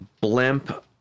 blimp